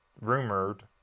rumored